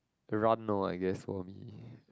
run loh I guess so